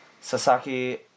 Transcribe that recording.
Sasaki